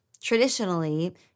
traditionally